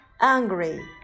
Angry